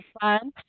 fun